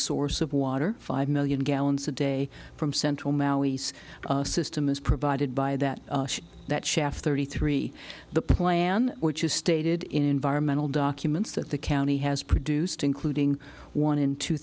source of water five million gallons a day from central maui's system is provided by that that shaft thirty three the plan which is stated in environmental documents that the county has produced including one in two